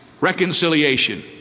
reconciliation